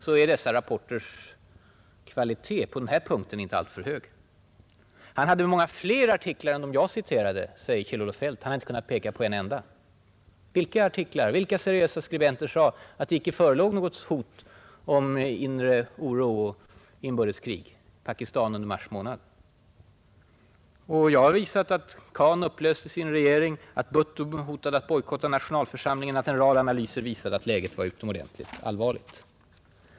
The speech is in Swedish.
Då är dessa rapporters kvalitet på den här punkten inte alltför hög. Kjell-Olof Feldt säger att han hade sett många fler artiklar än dem jag citerat. Men han har inte kunnat peka på en enda. Vilka artiklar, vilka seriösa skribenter sade att det inte förelåg något hot om inre oro och inbördeskrig i Pakistan under mars månad? Jag har visat att Yahya Khan upplöste sin regering, att Bhutto hotade att bojkotta nationalförsamlingen, att en rad analyser visade att läget var utomordentligt allvarligt.